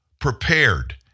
prepared